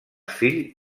fill